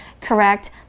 correct